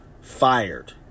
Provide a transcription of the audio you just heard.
fired